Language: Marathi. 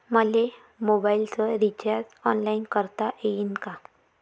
मले मोबाईल रिचार्ज ऑनलाईन करता येईन का?